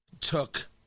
took